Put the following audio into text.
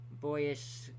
boyish